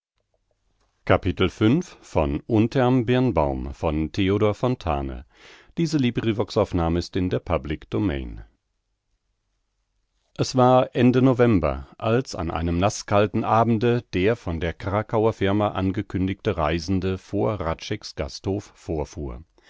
es war ende november als an einem naßkalten abende der von der krakauer firma angekündigte reisende vor hradscheck's gasthof vorfuhr